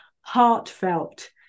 heartfelt